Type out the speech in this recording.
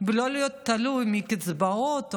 ולא להיות תלוי בקצבאות,